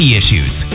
issues